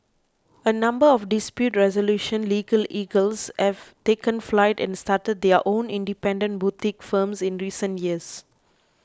a number of dispute resolution legal eagles have taken flight and started their own independent boutique firms in recent years